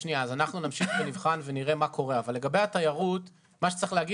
אנחנו נבחן ונראה מה קורה אבל לגבי התיירות צריך להגיד